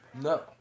No